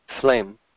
flame